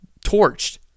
torched